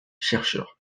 chercheur